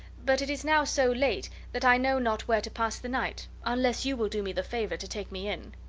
but it is now so late that i know not where to pass the night, unless you will do me the favor to take me in.